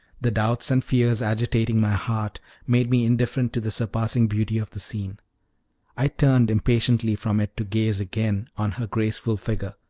the doubts and fears agitating my heart made me indifferent to the surpassing beauty of the scene i turned impatiently from it to gaze again on her graceful figure,